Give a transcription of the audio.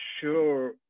sure